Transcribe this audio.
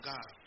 God